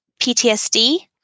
PTSD